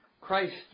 Christ